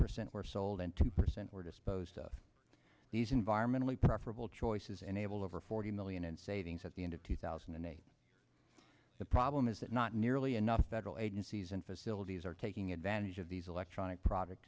percent were sold and two percent were disposed of these environmentally preferable choices enable over forty million in savings at the end of two thousand and eight the problem is that not nearly enough federal agencies and facilities are taking advantage of these electronic product